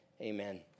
amen